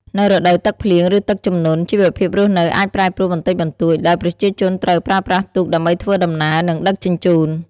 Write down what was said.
នៅរដូវទឹកឡើង ឬទឹកជំនន់ ជីវភាពរស់នៅអាចប្រែប្រួលបន្តិចបន្តួច ដោយប្រជាជនត្រូវ ប្រើប្រាស់ទូក ដើម្បីធ្វើដំណើរ និងដឹកជញ្ជូន ។